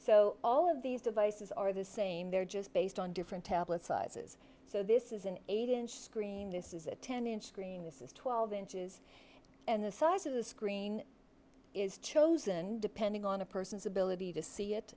so all of these devices are the same they're just based on different tablets sizes so this is an eight inch screen this is a ten inch screen this is twelve inches and the size of the screen is chosen depending on a person's ability to see it